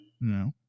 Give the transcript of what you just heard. No